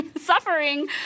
suffering